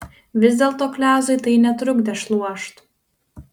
vis dėlto kleziui tai netrukdė šliuožt